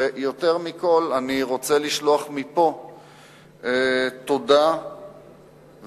ויותר מכול אני רוצה לשלוח מפה תודה והרבה